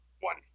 One